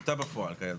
פספסת גם את זה?